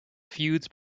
feuds